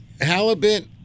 halibut